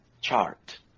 chart